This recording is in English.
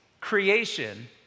creation